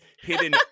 hidden